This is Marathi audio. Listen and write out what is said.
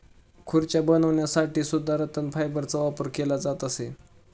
खुर्च्या बनवण्यासाठी सुद्धा रतन फायबरचा वापर केला जात असे